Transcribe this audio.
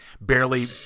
barely